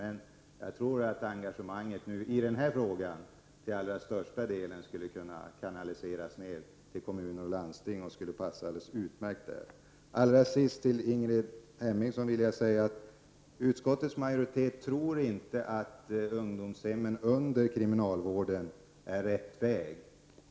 Men jag tror att engagemanget i den här frågan till allra största delen skulle kunna kanaliseras till kommuner och landsting. Det skulle passa alldeles utmärkt där. Till Ingrid Hemmingsson vill jag säga att utskottets majoritet inte tror att ungdomshem under kriminalvården är rätt väg.